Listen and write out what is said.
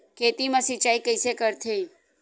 खेत मा सिंचाई कइसे करथे?